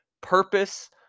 purpose